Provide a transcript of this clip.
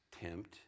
tempt